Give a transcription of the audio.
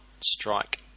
strike